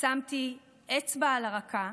שמתי אצבע על הרקה,